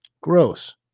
Gross